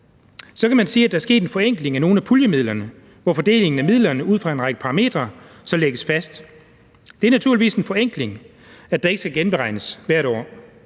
Så kan man sige, at der er sket en forenkling af nogle af puljemidlerne, hvor fordelingen af midlerne ud fra en række parametre lægges fast. Det er naturligvis en forenkling, at der ikke skal genberegnes hvert år,